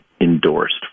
endorsed